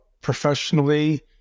professionally